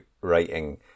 writing